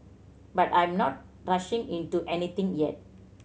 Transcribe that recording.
but I'm not rushing into anything yet